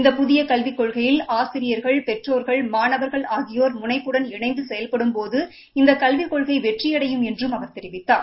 இந்த புதிய கல்விக் கொள்கையில் ஆசிரியர்கள் பெற்றோர்கள் மாணவர்கள் ஆகியோர் முனைப்புடன் இனைந்து செயல்படும்போது இந்த கல்விக் கொள்கை வெற்றியடையும் என்றும் அவர் தெரிவித்தார்